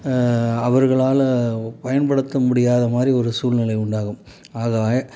அவர்களால் பயன்படுத்த முடியாத மாதிரி ஒரு சூழ்நிலை உண்டாகும் ஆகவே